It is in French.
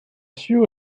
sûr